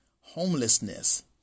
homelessness